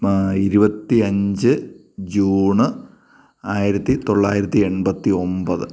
ഇരുവത്തി അഞ്ച് ജൂണ് ആയിരത്തിത്തൊള്ളായിരത്തിഎൺപത്തി ഒൻപത്